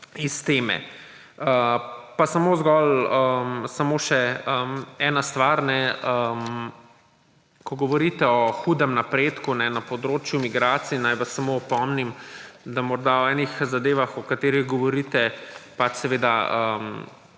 iz teme. Pa samo zgolj samo še ena stvar. Ko govorite o hudem napredku na področju migracij, naj vas samo opomnim, da morda ene zadeve, o katerih govorite, pač seveda